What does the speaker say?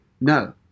No